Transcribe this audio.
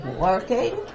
working